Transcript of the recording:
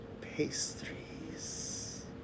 pastries